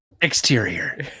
exterior